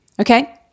okay